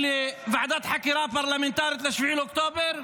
לוועדת חקירה פרלמנטרית ל-7 באוקטובר?